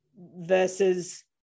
versus